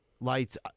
Lights